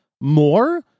More